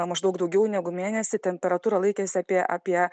maždaug daugiau negu mėnesį temperatūra laikėsi apie apie